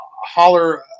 holler